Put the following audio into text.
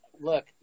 Look